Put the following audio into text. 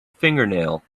fingernail